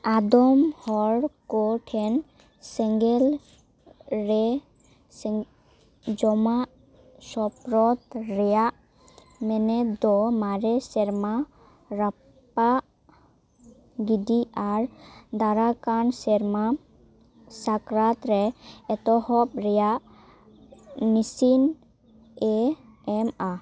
ᱟᱫᱚᱢ ᱦᱚᱲ ᱠᱚᱴᱷᱮᱱ ᱥᱮᱸᱜᱮᱞ ᱨᱮ ᱡᱚᱢᱟᱜ ᱥᱳᱯᱨᱳᱫ ᱨᱮᱭᱟᱜ ᱢᱮᱱᱮᱫ ᱫᱚ ᱢᱟᱨᱮ ᱥᱮᱨᱢᱟ ᱨᱟᱯᱟᱜ ᱜᱤᱰᱤ ᱟᱨ ᱫᱟᱨᱟᱭ ᱠᱟᱱ ᱥᱮᱨᱢᱟ ᱥᱟᱠᱨᱟᱛ ᱨᱮ ᱮᱛᱚᱦᱚᱵ ᱨᱮᱭᱟᱜ ᱢᱮᱹᱥᱤᱱ ᱮ ᱮᱢᱟ